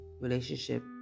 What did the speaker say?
relationship